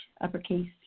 uppercase